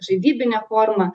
žaidybine forma